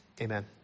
Amen